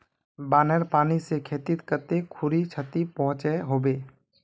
बानेर पानी से खेतीत कते खुरी क्षति पहुँचो होबे?